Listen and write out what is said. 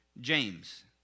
James